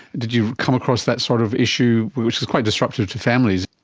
did you come across that sort of issue, which is quite disruptive to families?